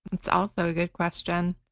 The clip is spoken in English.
it's also a good question.